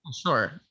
sure